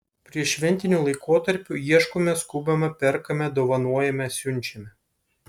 prieššventiniu laikotarpiu ieškome skubame perkame dovanojame siunčiame